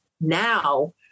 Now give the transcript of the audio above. now